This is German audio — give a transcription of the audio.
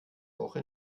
woche